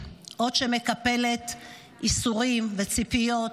אות שמקפלת ייסורים וציפיות,